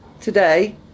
today